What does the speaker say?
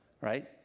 right